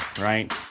Right